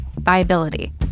viability